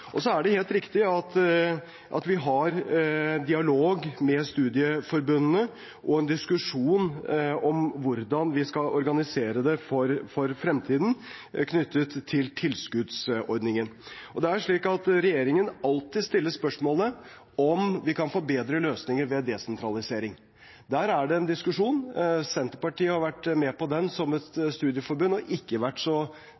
Så er det helt riktig at vi har dialog med studieforbundene, og har en diskusjon om hvordan vi skal organisere dem for fremtiden, knyttet til tilskuddsordningen. Det er slik at regjeringen alltid stiller spørsmålet om vi kan få bedre løsninger ved en desentralisering. Der er det en diskusjon. Senterpartiet har vært med på den som et studieforbund og har ikke vært så